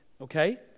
okay